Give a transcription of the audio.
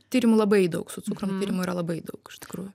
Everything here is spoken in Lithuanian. tyrimų labai daug su cukrum tyrimų yra labai daug iš tikrųjų